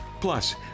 Plus